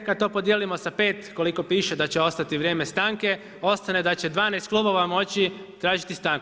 Kad to podijelimo sa 5 koliko piše da će ostati vrijeme stanke, ostane da će 12 klubova moći tražiti stanku.